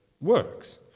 works